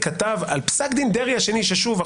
כתב על פסק דין דרעי השני ושוב,